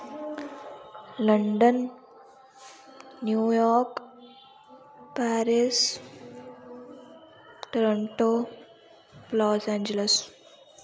London New York Paris Toronto Los Angeles